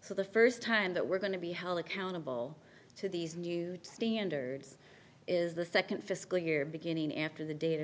so the first time that we're going to be held accountable to these new standards is the second fiscal year beginning after the date in